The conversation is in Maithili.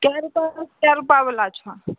कै रूपा सऽ कै रूपा बला छऽ